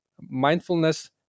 mindfulness